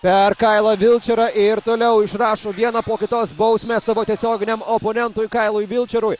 per kailą vilčerą ir toliau išrašo vieną po kitos bausmę savo tiesioginiam oponentui kailui vilčerui